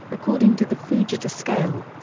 according to the fujita scale.